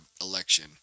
election